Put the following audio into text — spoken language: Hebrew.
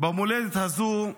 במולדת הזו,